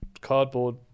cardboard